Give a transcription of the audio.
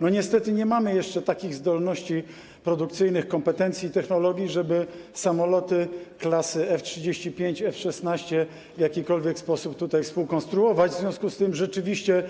Niestety nie mamy jeszcze takich zdolności produkcyjnych, kompetencji i technologii, żeby samoloty klasy F-35, F-16 w jakikolwiek sposób współkonstruować, w związku z tym rzeczywiście